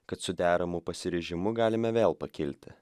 kad su deramu pasiryžimu galime vėl pakilti